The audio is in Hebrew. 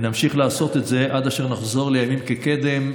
ונמשיך לעשות את זה עד אשר נחזור לימים כקדם.